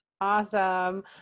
Awesome